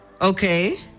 Okay